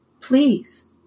please